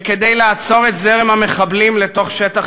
שכדי לעצור את זרם המחבלים לתוך שטח